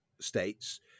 states